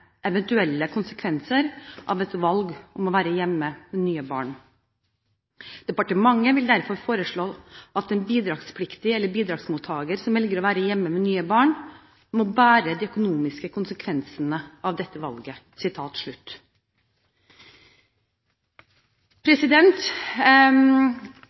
eventuelle konsekvenser av et valg om å være hjemme med nye barn. Departementet vil derfor foreslå at en bidragspliktig eller bidragsmottaker som velger å være hjemme med nye barn, må bære de økonomiske konsekvensene av dette valget.»